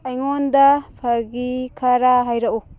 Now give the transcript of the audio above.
ꯑꯩꯉꯣꯟꯗ ꯐꯥꯒꯤ ꯈꯔ ꯍꯥꯏꯔꯛꯎ